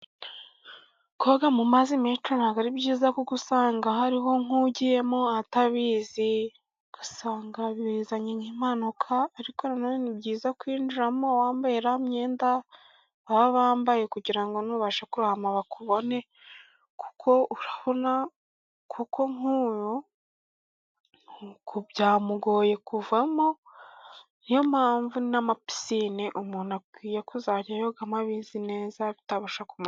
Koga mu mazi menshi ntabwo ari byiza, kuko usanga hariho nk'ugiyemo atabizi ugasanga bizanye nk'impanuka, ariko nanone ni byiza kwinjiramo wambaye iriya imyenda baba bambaye, kugira ngo nubasha kurohama bakubone, kuko urabona ko nk'uyu byamugoye kuvamo. Ni yo mpamvu n'amapisine, umuntu akwiye kuzajya ayogamo abizi neza bitabasha kum.....